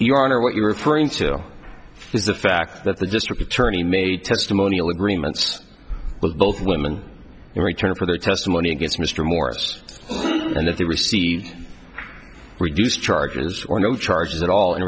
your honor what you are referring to is the fact that the district attorney made testimonial agreements with both women in return for their testimony against mr morris and that they received reduced charges or no charges at all in